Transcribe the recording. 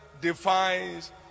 defines